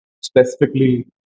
specifically